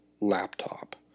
laptop